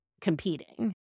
competing